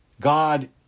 God